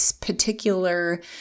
particular